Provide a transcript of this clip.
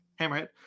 Hammerhead